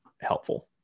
helpful